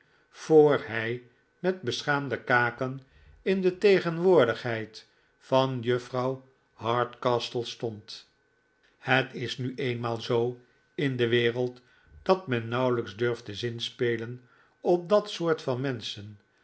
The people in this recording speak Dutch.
voor hij met beschaamde kaken in de tegenwoordigheid van juffrouw hardcastle stond het is nu eenmaal zoo in de wereld dat men nauwelijks durft te zinspelen op dat soort van menschen